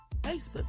Facebook